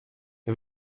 der